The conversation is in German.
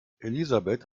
elisabeth